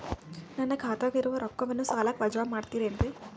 ನನ್ನ ಖಾತಗ ಇರುವ ರೊಕ್ಕವನ್ನು ಸಾಲಕ್ಕ ವಜಾ ಮಾಡ್ತಿರೆನ್ರಿ?